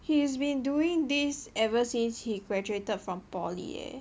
he has been doing this ever since he graduated from poly eh